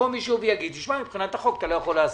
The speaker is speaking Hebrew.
יבוא מישהו ויגיד שמבחינת החוק אתה לא יכול לעשות.